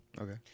Okay